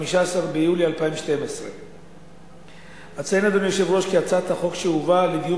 15 ביולי 2012. אציין כי הצעת החוק שהובאה לדיון